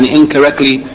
incorrectly